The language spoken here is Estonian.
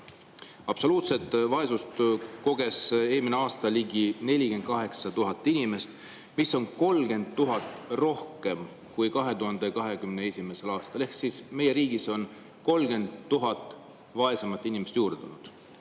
Absoluutset vaesust koges eelmine aasta ligi 48 000 inimest, mis on 30 000 rohkem kui 2021. aastal. Meie riigis on 30 000 vaest inimest juurde